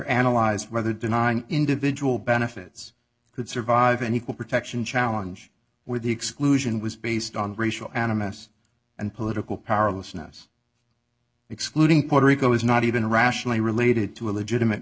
analyze whether denying individual benefits could survive an equal protection challenge where the exclusion was based on racial animus and political powerlessness excluding puerto rico is not even rationally related to a legitimate